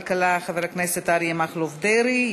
ישיב שר הכלכלה חבר הכנסת אריה מכלוף דרעי.